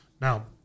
Now